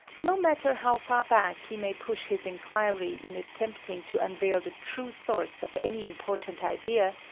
no matter how far back he may push his inquiry in attempting to unveil the true source of any important idea,